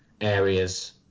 areas